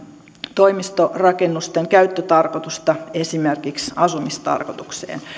toimistorakennusten käyttötarkoitusta esimerkiksi asumistarkoitukseen